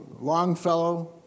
Longfellow